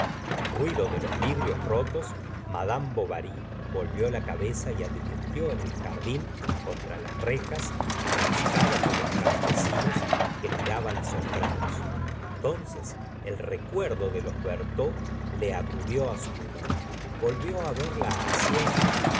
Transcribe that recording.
al ruido de los vidrios rotos madame bovary volvió la cabeza y advirtió en el jardín contra las rejas las caras de los campesinos que miraban asombrados entonces el recuerdo de los berteaux le acudió su memoria volvió a ver la hacienda